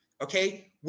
okay